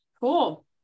Cool